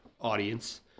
audience